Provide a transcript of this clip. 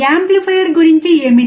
amplifier గురించి ఏమిటి